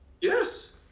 Yes